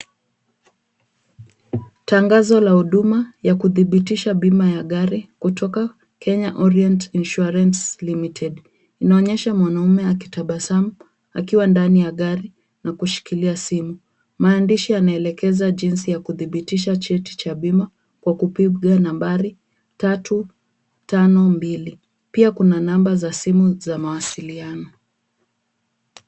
Tangazo la huduma ya kudhibitisha bima ya gari, kutoka Kenya Orient Insuarance limited. Inaonyesha mwanamume akitabasamu, akiwa ndani ya gari na kushikilia simu. Maandishi yanaelekeza jinsi ya kudhibitisha cheti cha bima, kwa kupiga nambari 352. Pia kuna namba za simu za mawasiliano.